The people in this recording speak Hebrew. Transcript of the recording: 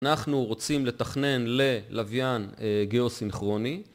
אנחנו רוצים לתכנן ללווין גיאוסינכרוני